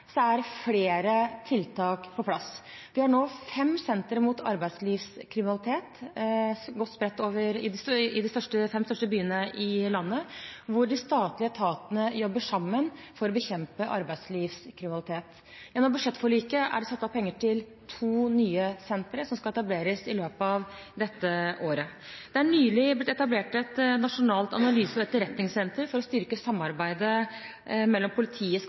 er flere tiltak på plass. Vi har nå fem senter mot arbeidslivskriminalitet i de fem største byene i landet, hvor de statlige etatene jobber sammen for å bekjempe arbeidslivskriminalitet. Gjennom budsjettforliket er det satt av penger til to nye senter som skal etableres i løpet av dette året. Det er nylig blitt etablert et nasjonalt analyse- og etterretningssenter for å styrke samarbeidet mellom politiet, skatteetaten, tolletaten, Nav osv., så det er flere tiltak som har stått i strategien, som nå implementeres og